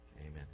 Amen